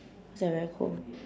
cause I very cold